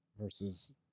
versus